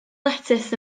letys